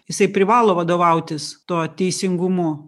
jisai privalo vadovautis tuo teisingumu